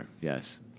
Yes